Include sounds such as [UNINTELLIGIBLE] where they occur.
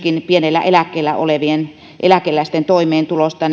puhun myöskin pienellä eläkkeellä olevien eläkeläisten toimeentulosta [UNINTELLIGIBLE]